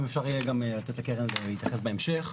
ואם אפשר יהיה גם לתת לקרן להתייחס בהמשך.